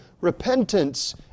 repentance